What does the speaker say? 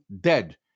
dead